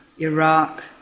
Iraq